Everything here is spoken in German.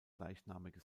gleichnamige